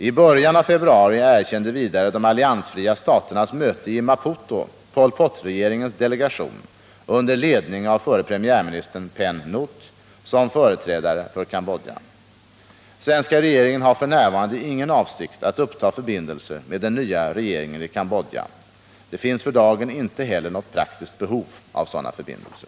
I början av februari erkände vidare de alliansfria staternas möte i Maputo Pol Pot-regeringens delegation under ledning av förre premiärministern Penn Nouth som företrädare för Cambodja. Svenska regeringen har f. n. ingen avsikt att uppta förbindelser med den nya regimen i Cambodja. Det finns för dagen inte heller något praktiskt behov av sådana förbindelser.